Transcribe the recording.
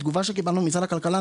בתגובה שקיבלנו ממשרד הכלכלה,